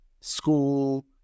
school